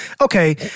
Okay